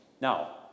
Now